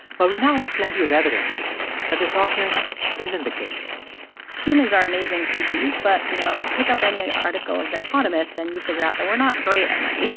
but we now have plenty of evidence that this often isn't the case humans are amazing species. but, you know, pick up any article of the economist, and you figure out that we're not great at money.